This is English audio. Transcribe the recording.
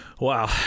Wow